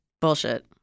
Bullshit